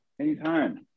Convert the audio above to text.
Anytime